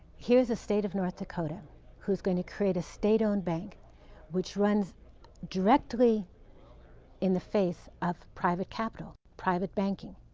here's the state of north dakota who's going to create a state-owned bank which runs directly in the face of private capital, private banking,